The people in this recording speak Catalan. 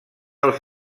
els